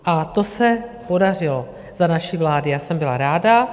A to se podařilo za naší vlády, já jsem byla ráda.